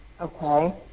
Okay